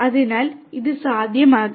അതിനാൽ ഇത് സാധ്യമാകും